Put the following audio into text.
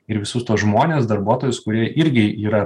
ir visus tuos žmones darbuotojus kurie irgi yra